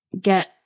get